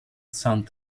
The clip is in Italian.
saint